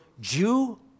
Jew